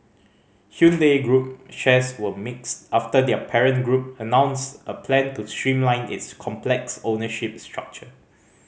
Hyundai group shares were mixed after their parent group announced a plan to streamline its complex ownership structure